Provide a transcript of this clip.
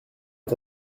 est